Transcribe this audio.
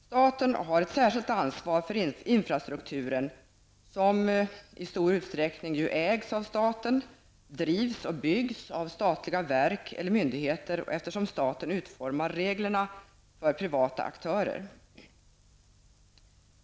Staten har ett särskilt ansvar för infrastrukturen, som ju i stor utsträckning ägs av staten, drivs och byggs av statliga verk eller myndigheter. Staten utformar också reglerna för privata aktörer.